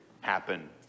happen